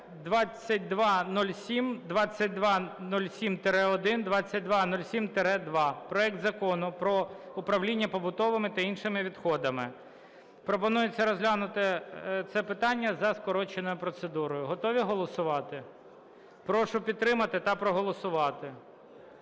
2207, 2207-1, 2207-2. Проект Закону про управління побутовими та іншими відходами. Пропонується розглянути це питання за скороченою процедурою. Готові голосувати? Прошу підтримати та проголосувати.